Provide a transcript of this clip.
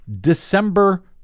December